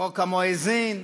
חוק המואזין,